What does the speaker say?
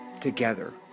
together